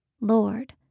Lord